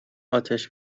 اتیش